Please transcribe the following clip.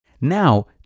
Now